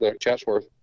Chatsworth